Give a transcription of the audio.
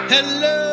Hello